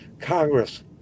Congress